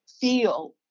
feel